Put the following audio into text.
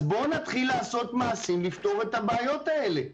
אז בואו נתחיל לעשות מעשים לפתור את הבעיות האלה.